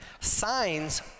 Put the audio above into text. Signs